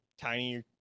tiny